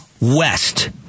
west